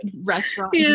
restaurant